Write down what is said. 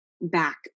back